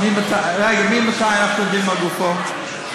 ממתי אנחנו מדברים על גופות?